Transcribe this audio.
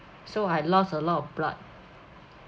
so I lost a lot of blood